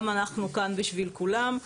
גם אנחנו כאן בשביל כולם.